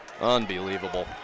Unbelievable